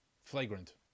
flagrant